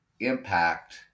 impact